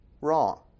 wrong